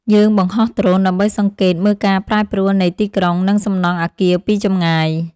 យើងបង្ហោះដ្រូនដើម្បីសង្កេតមើលការប្រែប្រួលនៃទីក្រុង និងសំណង់អាគារពីចម្ងាយ។